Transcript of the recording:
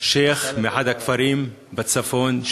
שיח' מאחד הכפרים בצפון,